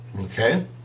Okay